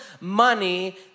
money